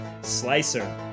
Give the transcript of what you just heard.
Slicer